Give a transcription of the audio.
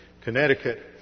Connecticut